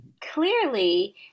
clearly